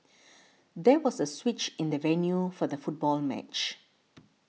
there was a switch in the venue for the football match